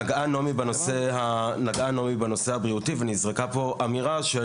נגעה נעמי בנושא הבריאותי ונזרקה פה אמירה של